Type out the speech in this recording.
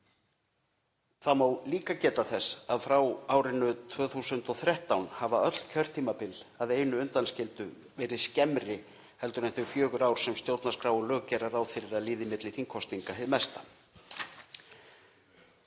Það má geta þess að frá árinu 2013 hafa öll kjörtímabil, að einu undanskildu, verið skemmri en þau fjögur ár sem stjórnarskrá og lög gera ráð fyrir að líði á milli þingkosninga hið mesta.